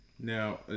Now